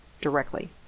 directly